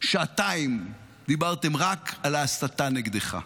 שעתיים דיברתם רק על ההסתה נגדך.